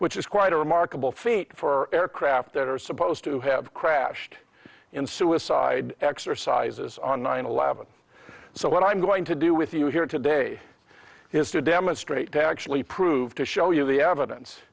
which is quite a remarkable feat for aircraft that are supposed to have crashed in suicide exercises on nine eleven so what i'm going to do with you here today is to demonstrate to actually prove to show you the evidence